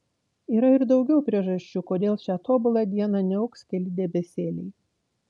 yra ir daugiau priežasčių kodėl šią tobulą dieną niauks keli debesėliai